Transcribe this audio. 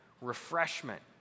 refreshment